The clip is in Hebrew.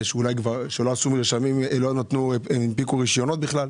שלא הנפיקו רשיונות בכלל.